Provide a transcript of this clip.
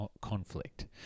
conflict